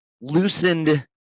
loosened